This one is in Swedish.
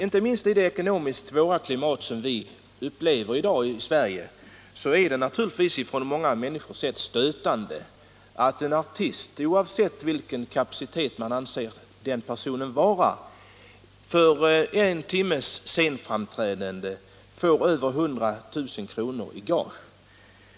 Inte minst i det ekonomiskt svåra klimat som vi upplever i dag i Sverige är det för många människor stötande att en artist — oavsett vilken kapacitet man anser att den personen har — för en timmes scenframträdande kan få över 100 000 kr. i gage.